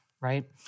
Right